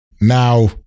Now